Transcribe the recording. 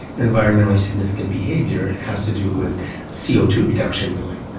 environmentally significant behaviour has to do with c o two reduction, really,